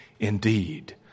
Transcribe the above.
Indeed